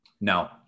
No